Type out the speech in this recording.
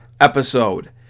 episode